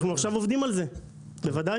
אנחנו עובדים על זה עכשיו, בוודאי.